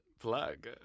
plug